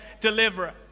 deliverer